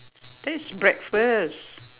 that is breakfast